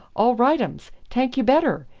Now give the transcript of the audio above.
all rightums. tank you better,